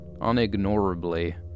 unignorably